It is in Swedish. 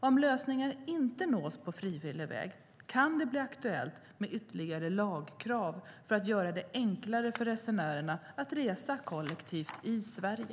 Om lösningar inte nås på frivillig väg kan det bli aktuellt med ytterligare lagkrav för att göra det enklare för resenärerna att resa kollektivt i Sverige.